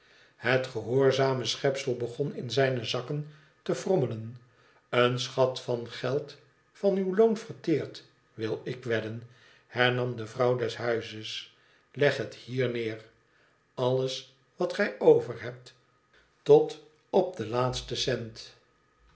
het gehoorzame schepsel begon in zijne zakken te frommelen en schat van geld van uw loon verteerd wil ik wedden hernam de vrouw des huizes i leg het hier neer i alles wat gij overhebt tot op den laatsten cent